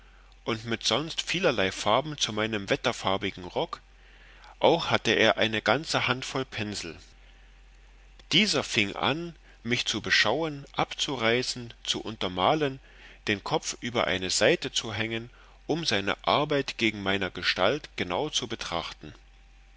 und mit sonst vielerlei farben zu meinem wetterfarbigen rock auch hatte er eine ganze hand voll pensel dieser fieng an mich zu beschauen abzureißen zu untermalen den kopf über eine seite zu hängen um seine arbeit gegen meiner gestalt genau zu betrachten